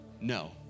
no